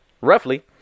roughly